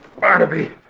Barnaby